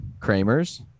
Kramers